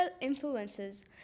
influences